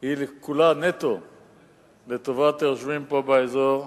והיא כולה נטו לטובת היושבים פה באזור,